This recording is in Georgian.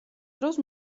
დროს